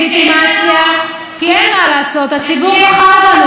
אני מקווה שאתם עדיין מאמינים בבחירות חופשיות.